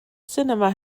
sinema